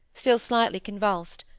still slightly convulsed,